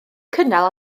cynnal